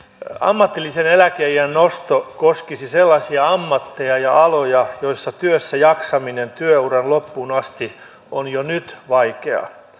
ammatillisen eläkeiän nosto koskisi sellaisia ammatteja ja aloja joilla työssäjaksaminen työuran loppuun asti on jo nyt vaikeaa